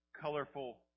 colorful